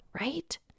right